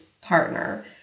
partner